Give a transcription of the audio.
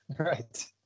Right